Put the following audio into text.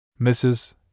Mrs